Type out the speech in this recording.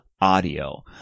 audio